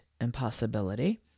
impossibility